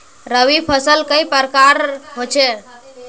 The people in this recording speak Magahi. रवि फसल कई प्रकार होचे?